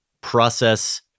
process